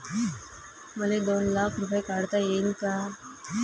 मले दोन लाख रूपे काढता येईन काय?